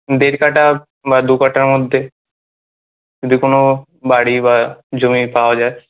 দেড় কাঠা বা দু কাঠার মধ্যে যদি কোনও বাড়ি বা জমি পাওয়া যায়